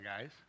guys